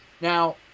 now